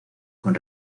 con